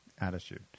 attitude